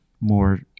more